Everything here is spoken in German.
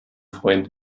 freund